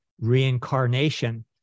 reincarnation